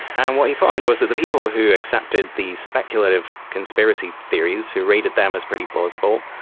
and what you found was that the people who accepted the speculative conspiracy theories, who rated them as pretty plausible,